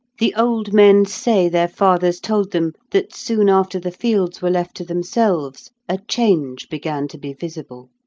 the old men say their fathers told them that soon after the fields were left to themselves a change began to be visible.